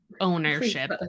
ownership